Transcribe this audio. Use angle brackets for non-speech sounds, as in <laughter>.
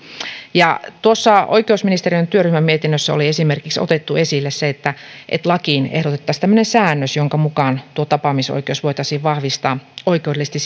tuossa oikeusministeriön työryhmän mietinnössä oli esimerkiksi otettu esille se että että lakiin ehdotettaisiin tämmöinen säännös jonka mukaan tuo tapaamisoikeus voitaisiin vahvistaa oikeudellisesti <unintelligible>